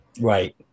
Right